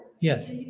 Yes